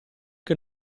che